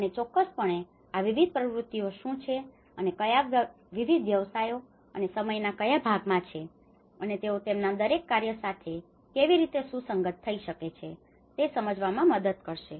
અને તે ચોક્કસપણે આ વિવિધ પ્રવૃત્તિઓ શું છે અને ક્યા વિવિધ વ્યવસાયો અને સમયના કયા ભાગમાં છે અને તેઓ તેમના દરેક કાર્ય સાથે કેવી રીતે સુસંગત થઈ શકે છે તે સમજવામાં મદદ કરશે